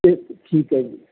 ਅਤੇ ਠੀਕ ਹੈ ਜੀ